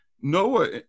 Noah